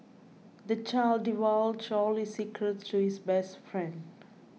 the child divulged all his secrets to his best friend